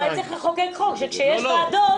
אולי צריך לחוקק חוק שכשיש ועדות,